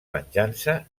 venjança